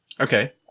Okay